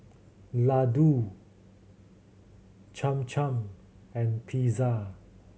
Ladoo Cham Cham and Pizza